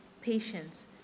patience